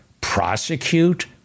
prosecute